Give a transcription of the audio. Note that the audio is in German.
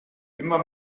immer